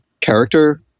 character